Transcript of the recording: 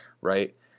right